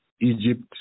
Egypt